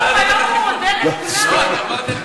היום הוא מודה לכולם,